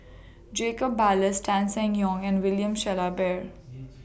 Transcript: Jacob Ballas Tan Seng Yong and William Shellabear